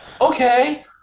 Okay